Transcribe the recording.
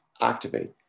activate